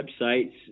websites